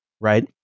right